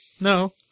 No